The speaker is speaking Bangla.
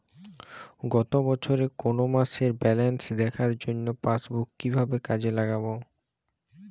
গত বছরের কোনো মাসের ব্যালেন্স দেখার জন্য পাসবুক কীভাবে কাজে লাগাব?